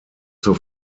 zur